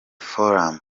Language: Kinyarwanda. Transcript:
forum